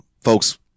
folks